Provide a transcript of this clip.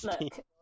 Look